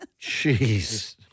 Jeez